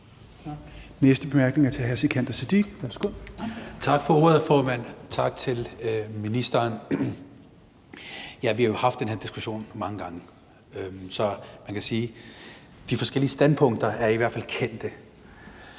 Værsgo. Kl. 17:09 Sikandar Siddique (FG): Tak for ordet, formand. Og tak til ministeren. Vi har jo haft den her diskussion mange gange, så man kan sige, at de forskellige standpunkter i hvert fald er kendte.